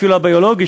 אפילו הביולוגי,